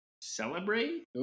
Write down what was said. celebrate